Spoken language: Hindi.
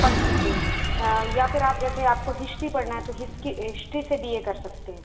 पढ़ सकते हैं या फिर आप जैसे आप को हिस्ट्री पढ़ना है तो हिस्ट्री से बी ए कर सकते हैं